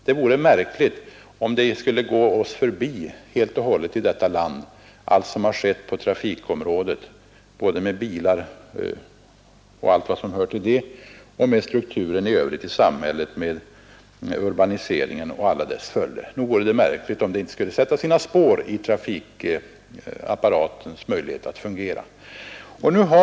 Det vore märkligt, om det skulle gå oss förbi helt och hållet i detta land allt som skett på trafikområdet, t.ex. bilismens utveckling och strukturförändringen i samhället med urbaniseringen och alla dess följder. Det vore märkligt om det inte skulle sätta sina spår i trafikapparatens möjlighet att fungera.